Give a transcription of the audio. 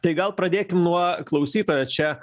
tai gal pradėkim nuo klausytojo čia